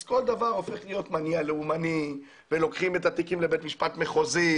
אז כל דבר הופך להיות מניע לאומני ולוקחים את התיקים לבית משפט מחוזי,